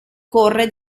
corre